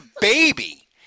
baby